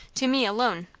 to me alone.